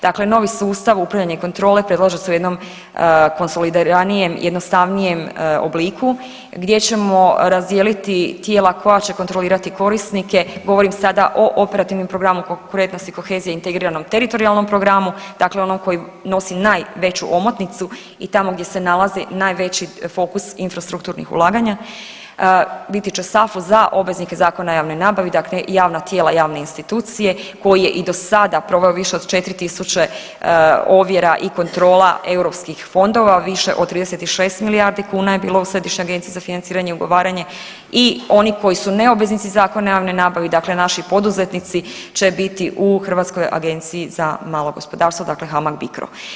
Dakle, novi sustav upravljanja kontrole predlaže se u jednom konsolidarijem i jednostavnijem obliku gdje ćemo razdijeliti tijela koja će kontrolirati korisnike, govorim sada o operativnom programu konkurentnosti i kohezije i integriranom teritorijalnom programu, dakle onom koji nosi najveću omotnicu i tamo gdje se nalazi najveći fokus infrastrukturnih ulaganja, biti će SAFO za obveznike Zakona o javnoj nabavi, dakle javna tijela i javne institucije koji je i do sada proveo više od 4 tisuće ovjera i kontrola europskih fondova, više od 36 milijardi kuna je bilo u Središnjoj agenciji za financiranje i ugovaranje i oni koji su ne obveznici Zakona o javnoj nabavi dakle naši poduzetnici će biti u Hrvatskoj agenciji za malo gospodarstvo, dakle HAMAG-BICRO.